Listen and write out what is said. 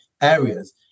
areas